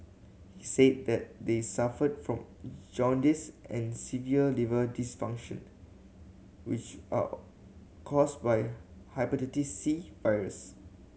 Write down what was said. he said that they suffered from jaundice and severe liver dysfunction which are caused by Hepatitis C virus